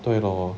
对咯